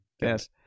Yes